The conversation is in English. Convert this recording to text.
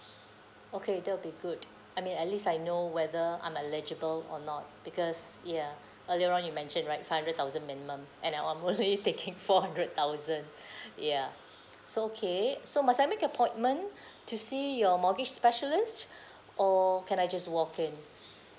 okay that'll be good I mean at least I know whether I'm eligible or not because ya earlier on you mention right five hundred thousand minimum and that I'm only taking four hundred thousand ya so okay so must I make appointment to see your mortgage specialist or can I just walk in